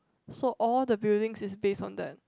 so all the buildings is based on that